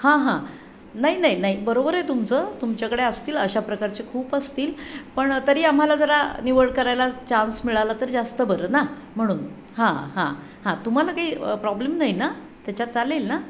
हां हां नाही नाही नाही बरोबर आहे तुमचं तुमच्याकडे असतील अशा प्रकारचे खूप असतील पण तरी आम्हाला जरा निवड करायला चान्स मिळाला तरी जास्त बरं ना म्हणून हां हां हां तुम्हाला काही प्रॉब्लेम नाही ना त्याच्यात चालेल ना